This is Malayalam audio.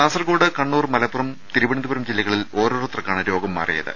കാസർകോട് കണ്ണൂർ മലപ്പുറം തിരുവനന്തപുരം ജില്ലകളിൽ ഓരോരുത്തർക്കാണ് രോഗം മാറിയത്